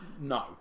No